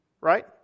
Right